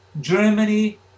Germany